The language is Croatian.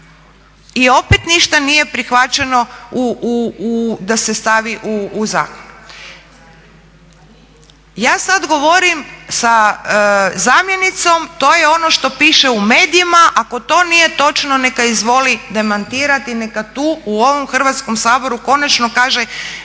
i opet ništa nije prihvaćeno da se stavi u zakon. Ja sada govorim sa zamjenicom, to je ono što piše u medijima, ako to nije točno neka izvoli demantirati, neka tu u ovom Hrvatskom saboru konačno kaže